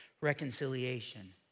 reconciliation